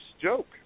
joke